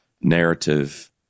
narrative